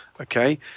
Okay